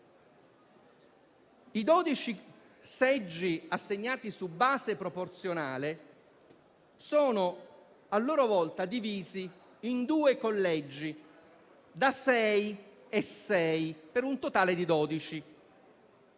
I dodici seggi assegnati su base proporzionale sono a loro volta divisi in due collegi da sei, per un totale di dodici.